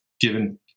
given